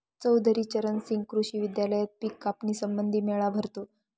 चौधरी चरण सिंह कृषी विद्यालयात पिक कापणी संबंधी मेळा भरतो